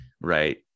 right